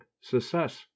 success